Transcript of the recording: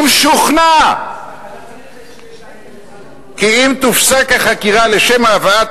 אם שוכנע כי אם תופסק החקירה לשם הבאת